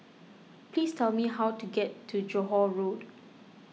please tell me how to get to Johore Road